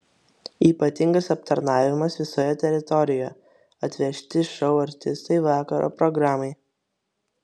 ypatingas aptarnavimas visoje teritorijoje atvežti šou artistai vakaro programai